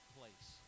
place